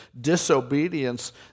disobedience